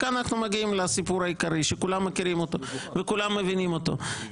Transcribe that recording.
וכאן אנחנו מגיעים לסיפור העיקרי שכולם מכירים אותו וכולם מבינים אותו.